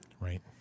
Right